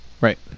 Right